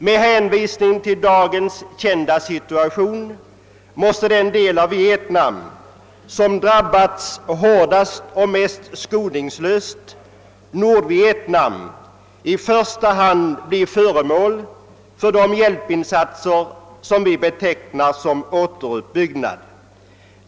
Med hänvisning till dagens kända situation måste den del av Vietnam som drabbats hårdast och mest skoningslöst, nämligen Nordvietnam, i första hand bli föremål för de hjälpinsatser som vi betecknar som återuppbyggnad.